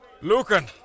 Lucan